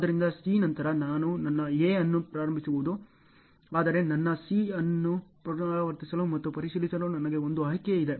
ಆದ್ದರಿಂದ C ನಂತರ ನಾನು ನನ್ನ A ಅನ್ನು ಪ್ರಾರಂಭಿಸಬಹುದು ಆದರೆ ನನ್ನ C ಅನ್ನು ಪುನರಾವರ್ತಿಸಲು ಮತ್ತು ಪರಿಶೀಲಿಸಲು ನನಗೆ ಒಂದು ಆಯ್ಕೆ ಇದೆ